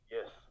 Yes